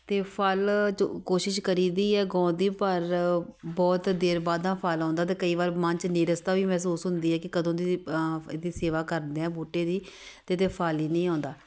ਅਤੇ ਫਲ ਜੋ ਕੋਸ਼ਿਸ਼ ਕਰੀ ਦੀ ਹੈ ਉਗਾਉਣ ਦੀ ਪਰ ਬਹੁਤ ਦੇਰ ਬਾਅਦ ਨਾ ਫਲ ਆਉਂਦਾ ਤਾਂ ਕਈ ਵਾਰ ਮਨ 'ਚ ਨੀਰਸਤਾ ਵੀ ਮਹਿਸੂਸ ਹੁੰਦੀ ਹੈ ਕਿ ਕਦੋਂ ਦੀ ਇਹਦੀ ਸੇਵਾ ਕਰਦੇ ਹਾਂ ਬੂਟੇ ਦੀ ਅਤੇ ਇਹਦੇ ਫਲ ਹੀ ਨਹੀਂ ਆਉਂਦਾ